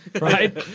right